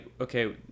okay